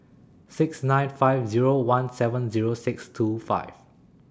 six nine five Zero one seven Zero six two five